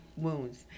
Wounds